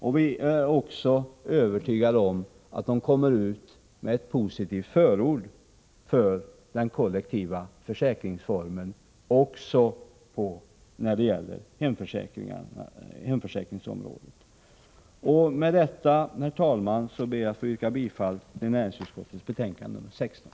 Och vi är övertygade om att detta delbetänkande kommer att innehålla ett positivt förord för den kollektiva försäkringsformen även på hemförsäkringsområdet. Med detta, herr talman, ber jag att få yrka bifall till näringsutskottets hemställan i betänkande nr 16.